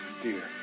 dear